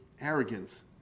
arrogance